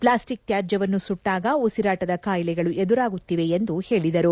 plastic ತ್ಯಾಜ್ಯವನ್ನು ಸುಟ್ಟಾಗ ಉಸಿರಾಟದ ಕಾಯಿಲೆಗಳು ಎದುರಾಗುತ್ತಿವೆ ಎಂದು ಪೇಳಿದರು